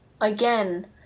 again